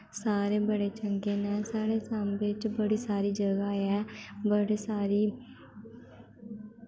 सारे बड़े चंगे न साढ़े सांबे च बड़ी सारी जगह ऐ बड़ी सारी